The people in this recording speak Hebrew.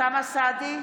אוסאמה סעדי,